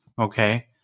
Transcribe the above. Okay